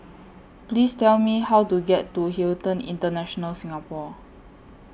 Please Tell Me How to get to Hilton International Singapore